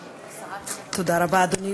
אדוני,